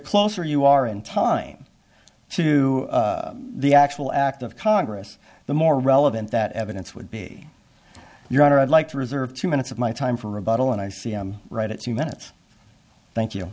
closer you are in time to the actual act of congress the more relevant that evidence would be your honor i'd like to reserve two minutes of my time for rebuttal and i feel right at you minute thank you